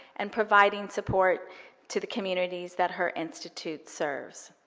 and providing support to the communities that her institute serves.